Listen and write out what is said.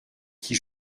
qui